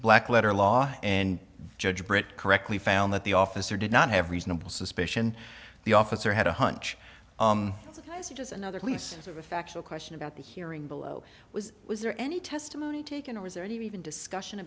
black letter law and judge britt correctly found that the officer did not have reasonable suspicion the officer had a hunch it's just another piece of a factual question about the hearing below was was there any testimony taken or was there any even discussion